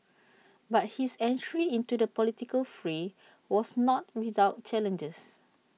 but his entry into the political fray was not without challenges